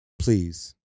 please